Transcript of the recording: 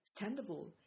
standable